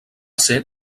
ser